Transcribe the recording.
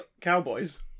cowboys